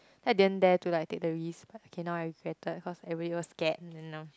I didn't dare to like take the risk but okay now I regretted cause everybody was scared then now